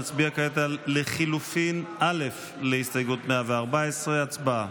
נצביע כעת על לחלופין א' להסתייגות 114. הצבעה.